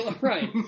Right